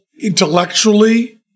intellectually